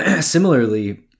Similarly